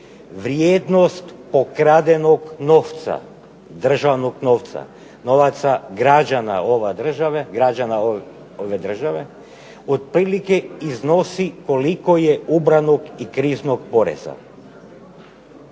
vrijednost pokradenog novca, državnog novca, novaca građana ove države otprilike iznosi koliko je ubranog i kriznog poreza.